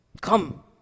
come